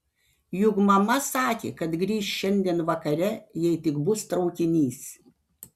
juk mama sakė kad grįš šiandien vakare jei tik bus traukinys